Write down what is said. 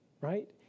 right